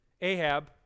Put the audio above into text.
Ahab